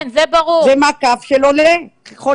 זה מעקב של חולה.